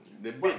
the bed